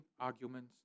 arguments